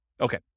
okay